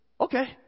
okay